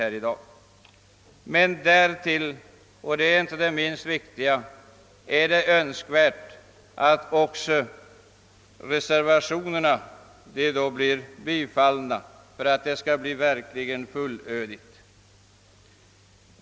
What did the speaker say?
Därutöver är det dock — och det är inte minst viktigt — önskvärt att också reservationerna blir bifallna för att reformen skall bli verkligt fullödig.